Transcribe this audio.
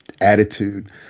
attitude